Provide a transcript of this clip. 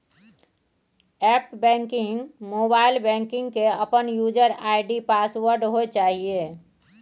app banking, mobile banking के अपन user ID password होय चाहिए